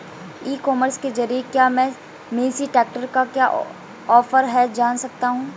ई commerce के ज़रिए क्या मैं मेसी ट्रैक्टर का क्या ऑफर है जान सकता हूँ?